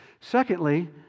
Secondly